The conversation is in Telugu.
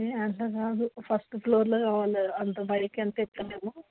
ఏ అట్ల కాదు ఫస్ట్ఫ్లోర్లో కావాల అంత పైకెళ్తే ఎక్కలేము